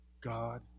God